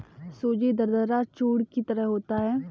सूजी दरदरा चूर्ण की तरह होता है